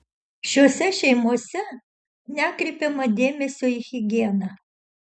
šiose šeimose nekreipiama dėmesio į higieną